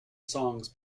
songs